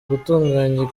gutunganya